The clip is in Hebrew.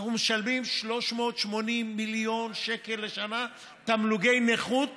אנחנו משלמים 380 מיליון שקל לשנה תמלוגי נכות